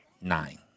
Nine